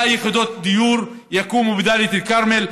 100 יחידות דיור יקומו בדאלית אל-כרמל.